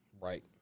Right